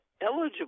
eligible